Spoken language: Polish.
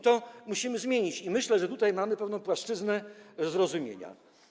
To musimy zmienić i myślę, że tutaj mamy pewną płaszczyznę zrozumienia.